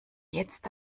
jetzt